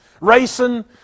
racing